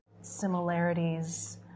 similarities